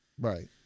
Right